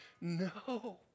no